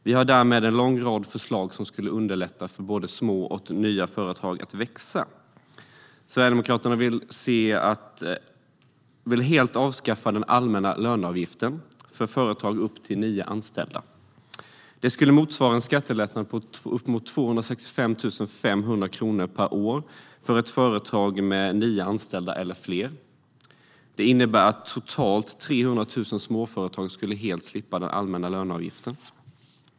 Vi har därmed en lång rad förslag som skulle underlätta för små och nya företag att växa. Sverigedemokraterna vill helt avskaffa den allmänna löneavgiften för företag med upp till nio anställda. Det skulle motsvara en skattelättnad på uppemot 265 500 kronor per år för ett företag med nio anställda eller fler. Det innebär att totalt 300 000 småföretag helt skulle slippa den allmänna löneavgiften.